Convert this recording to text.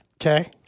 Okay